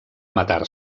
matar